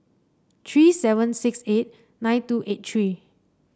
three seven six eight nine two eight three